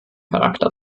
charakter